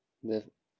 the